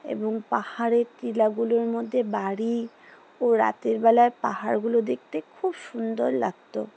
এবং পাহাড়ের টিলাগুলোর মধ্যে বাড়ি ও রাতেরবেলায় পাহাড়গুলো দেখতে খুব সুন্দর লাগতো